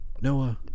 Noah